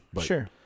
Sure